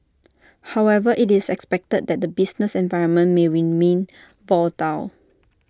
however IT is expected that the business environment may remain volatile